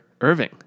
Irving